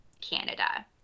Canada